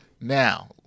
Now